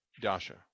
Dasha